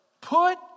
put